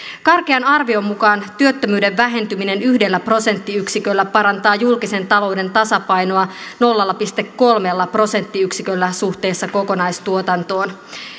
karkean arvion mukaan työttömyyden vähentyminen yhdellä prosenttiyksiköllä parantaa julkisen talouden tasapainoa nolla pilkku kolmella prosenttiyksiköllä suhteessa kokonaistuotantoon